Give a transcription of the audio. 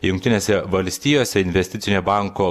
jungtinėse valstijose investicinio banko